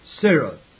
Sarah